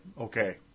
okay